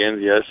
Yes